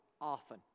often